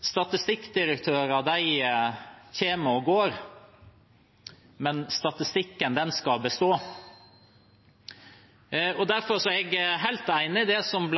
Statistikkdirektører kommer og går, men statistikken skal bestå. Derfor er jeg helt enig i det som